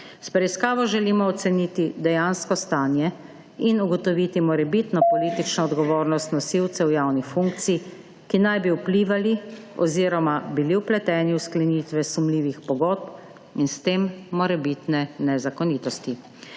preiskavo želimo oceniti dejansko stanje in ugotoviti morebitno politično / znak za konec razprave/ odgovornost nosilcev javnih funkcij, ki naj bi vplivali oziroma bili vpleteni v sklenitve sumljivih pogodb in s tem morebitne nezakonitosti.